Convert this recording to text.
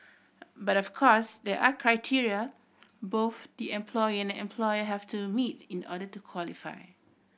but of course there are criteria both the employee and employer have to meet in order to qualify